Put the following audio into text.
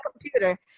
computer